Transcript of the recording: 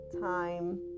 time